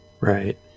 Right